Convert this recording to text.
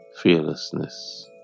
fearlessness